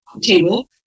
table